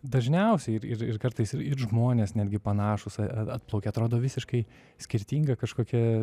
dažniausiai ir ir ir kartais ir ir žmonės netgi panašūs ar atplaukia atrodo visiškai skirtinga kažkokia